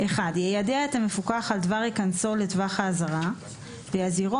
יידע את המפוקח על דבר היכנסו לטווח האזהרה ויזהירו